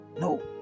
No